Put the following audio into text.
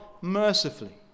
Mercifully